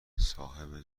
صاحب